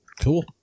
cool